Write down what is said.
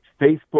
Facebook